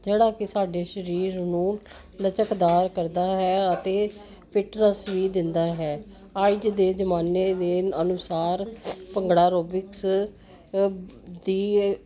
ਜਿਹੜਾ ਕਿ ਸਾਡੇ ਸਰੀਰ ਨੂੰ ਲਚਕਦਾਰ ਕਰਦਾ ਹੈ ਅਤੇ ਫਿਟਨਸ ਵੀ ਦਿੰਦਾ ਹੈ ਅੱਜ ਦੇ ਜਮਾਨੇ ਦੇ ਅਨੁਸਾਰ ਭੰਗੜਾ ਐਰੋਬਿਕਸ ਦੀ